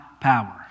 power